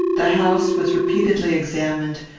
the house was repeatedly examined,